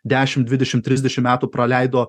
dešim dvidešim trisdešim metų praleido